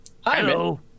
Hello